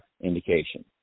indication